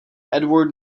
edward